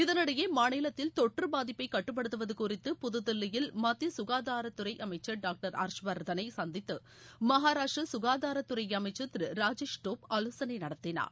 இதனிடையே மாநிலத்தில் தொற்று பாதிப்பை கட்டுப்படுத்துவது குறித்து புதுதில்லியில் மத்திய சுகாதாரத்துறை அமைச்சர் டாக்டர் ஹர்ஷ்வர்தளை சந்தித்து மகாராஷ்டிரா சுகாதாரத்துறை அமைச்சர் திரு ராஜேஷ் டோப் ஆலோசனை நடத்தினார்